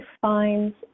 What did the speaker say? finds